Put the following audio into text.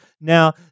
Now